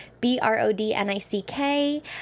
b-r-o-d-n-i-c-k